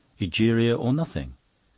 egeria or nothing.